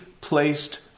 placed